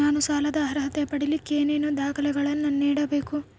ನಾನು ಸಾಲದ ಅರ್ಹತೆ ಪಡಿಲಿಕ್ಕೆ ಏನೇನು ದಾಖಲೆಗಳನ್ನ ನೇಡಬೇಕು?